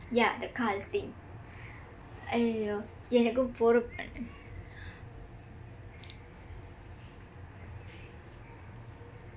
yah the கால்:kaal thing ஐய்யயோ எனக்கும்:aiyyayoo enkkum